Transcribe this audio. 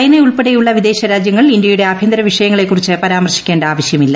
ചൈനയുൾപ്പെടെയുള്ള വിദേശ രാജ്യങ്ങൾ ഇന്ത്യയുടെ ആഭ്യന്തര വിഷയങ്ങളെ കുറിച്ച് പരാമർശിക്കേണ്ട ആവശ്യമില്ല